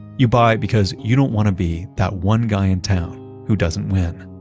you buy because you don't want to be that one guy and town who doesn't win.